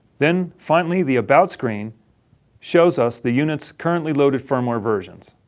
then finally, the about screen shows us the unit's currently loaded firmware versions.